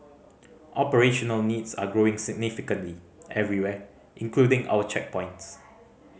operational needs are growing significantly everywhere including our checkpoints